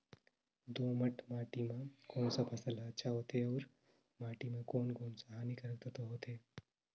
दोमट माटी मां कोन सा फसल ह अच्छा होथे अउर माटी म कोन कोन स हानिकारक तत्व होथे?